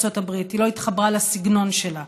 היא לא התחברה לסגנון שלה,